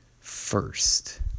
first